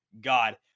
God